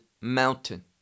mountain